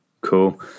cool